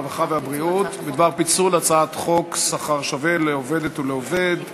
הרווחה והבריאות בדבר פיצול הצעת חוק שכר שווה לעובדת ולעובד (תיקון)